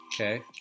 Okay